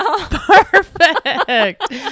Perfect